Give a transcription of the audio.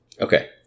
Okay